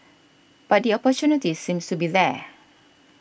but the opportunity seems to be there